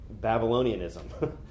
Babylonianism